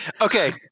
Okay